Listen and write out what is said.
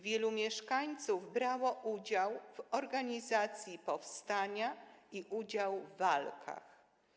Wielu mieszkańców brało udział w organizacji powstania i w walkach.